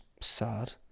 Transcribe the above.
sad